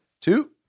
two